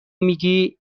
میگی